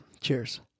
Cheers